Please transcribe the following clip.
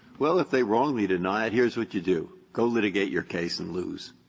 well, if they wrongly deny it, here's what you do. go litigate your case and lose,